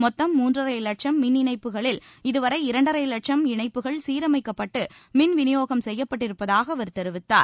மொத்தம் மூன்றரை லட்சம் மின் இணைப்புகளில் இதுவரை இரண்டரை லட்சம் இணைப்புகள் சீரமைக்கப்பட்டு மின் விநியோகம் செய்யப்பட்டிருப்பதாக அவர் தெரிவித்தார்